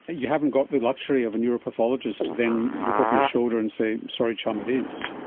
and you haven't got the luxury of a neuropathologist to then look over your shoulder and say, sorry chum, it is.